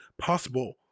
possible